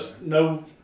no